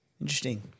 Interesting